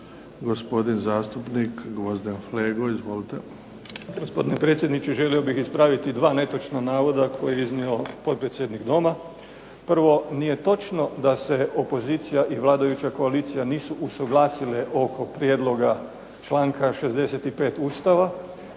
Izvolite. **Flego, Gvozden Srećko (SDP)** Gospodine predsjedniče, želio bih ispraviti dva netočna navoda koje je iznio potpredsjednik Doma. Prvo, nije točno da se opozicija i vladajuća koalicija nisu usuglasile oko prijedloga članka 65. Ustava,